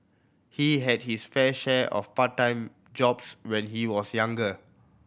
he had his fair share of part time jobs when he was younger